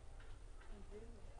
בלימות